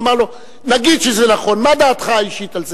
הוא אמר לו: נגיד שזה נכון, מה דעתך האישית על זה?